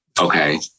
Okay